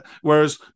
whereas